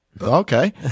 Okay